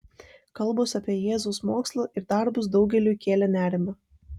kalbos apie jėzaus mokslą ir darbus daugeliui kėlė nerimą